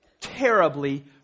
terribly